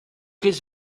his